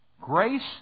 Grace